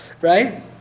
right